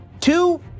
two